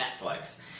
Netflix